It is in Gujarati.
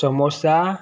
સમોસા